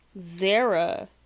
Zara